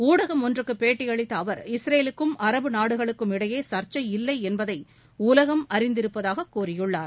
ஊடகம் ஒன்றுக்குபேட்டியளித்தஅவர் இஸ்ரேலுக்கும் அரபு நாடுகளுக்குமிடையேசர்ச்சை இல்லைஎன்பதைஉலகம் அறிந்திருப்பதாககூறியுள்ளார்